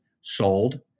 sold